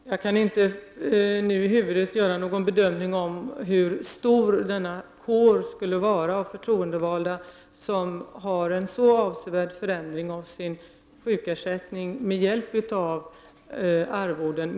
Herr talman! Jag kan inte nu i huvudet göra någon bedömning av hur stor den kår av förtroendevalda som får en så avsevärd försämring av sin sjukersättning för arvoden skulle vara.